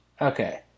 Okay